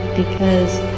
because.